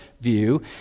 view